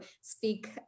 speak